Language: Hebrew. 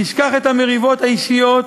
נשכח את המריבות האישיות,